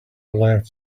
left